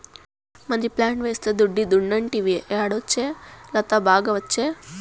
money plant వేస్తే దుడ్డే దుడ్డంటివి యాడొచ్చే లత, బాగా ఒచ్చే